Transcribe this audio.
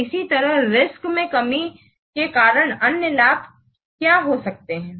तो इसी तरह रिस्क में कमी के कारण अन्य लाभ क्या हो सकते हैं